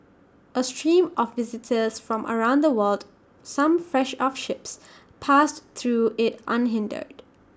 A stream of visitors from around the world some fresh off ships passed through IT unhindered